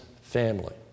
family